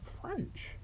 French